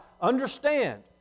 understand